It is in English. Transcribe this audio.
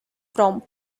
from